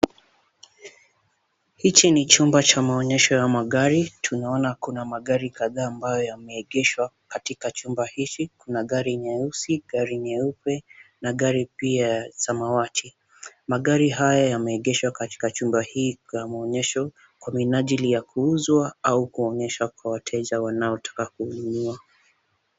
Hichi ni chumba cha maonyesho ya magari. Tuona kuna magari kadhaa ambayo yame egeshwa katika chumba hichi na gari nyeusi gari nyeupe na gari pia ya samawati. Magari haya yameegeshwa katika chumba hii cha maonyesho kwa minadili ya kuuzwa au kuonyesha kwa wateja wanaotaka kununua.